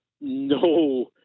no